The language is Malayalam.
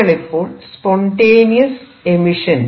നിങ്ങളിപ്പോൾ സ്പോൻടെനിയസ് എമിഷൻ